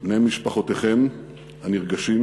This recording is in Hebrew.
בני משפחותיכם הנרגשים,